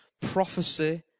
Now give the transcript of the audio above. prophecy